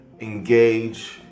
engage